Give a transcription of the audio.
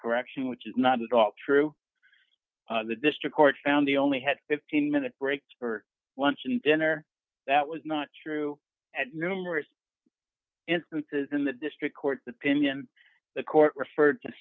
correction which is not at all true the district court found the only had fifteen minute breaks for lunch and dinner that was not true at numerous instances in the district court's opinion the court referred to